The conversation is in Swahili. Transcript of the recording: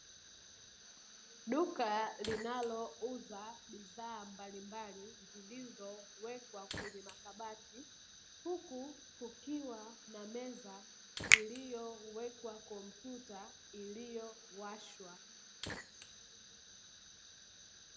Duka linalouza bidhaa mbalimbali, zilizowekwa kwenye makabati, huku kukiwa na meza iliyowekwa kompyuta iliyowashwa.